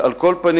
על כל פנים,